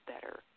better